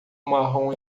marrom